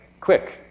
quick